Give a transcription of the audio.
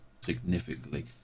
significantly